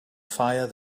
fire